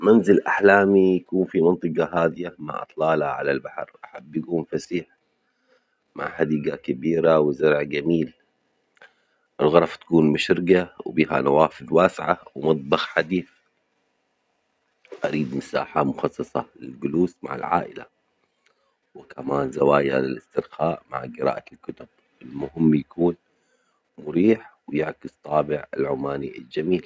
منزل أحلامي يكون في منطجة هادية مع إطلالة على البحر، أحب يكون فسيح مع حديجة كبيرة وزرع جميل و الغرف تكون مشرجة وبها نوافذ واسعة ومطبخ حديث، أريد مساحة مخصصة للجلوس مع العائلة وكمان زوايا الاسترخاء مع جراءة الكتب، المهم يكون مريح و يعكس طابع العماني الجميل.